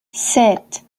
sept